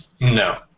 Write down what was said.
No